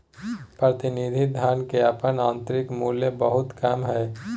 प्रतिनिधि धन के अपन आंतरिक मूल्य बहुत कम हइ